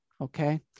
Okay